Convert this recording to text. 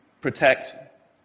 protect